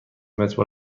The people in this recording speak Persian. متر